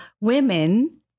women